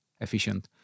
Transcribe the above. efficient